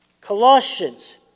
Colossians